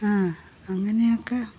ആഹ് അങ്ങനെയൊക്കെ